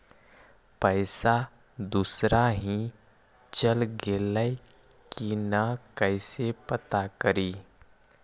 पैसा दुसरा ही चल गेलै की न कैसे पता करि?